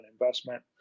investment